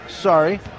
sorry